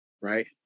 right